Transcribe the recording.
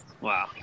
Wow